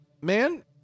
Man